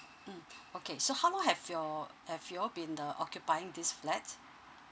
mm okay so how long have your have you all been uh occupying this flat